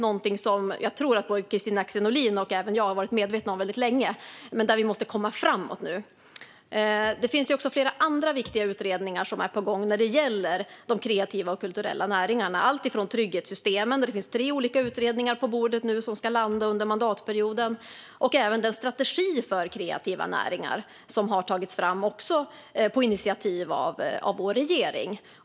Detta är något som jag tror att både Kristina Axén Olin och jag har varit medvetna om väldigt länge, men nu måste vi komma framåt. Flera andra viktiga utredningar är också på gång när det gäller de kreativa och kulturella näringarna. Det handlar om trygghetssystemen, där det nu finns tre olika utredningar på bordet, som ska landa under mandatperioden, och om den strategi för kreativa näringar som har tagits fram, också på initiativ av vår regering.